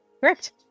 Correct